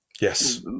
Yes